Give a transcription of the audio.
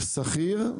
שכיר,